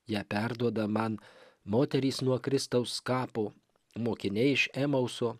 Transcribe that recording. ją perduoda man moterys nuo kristaus kapo mokiniai iš emauso